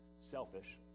selfish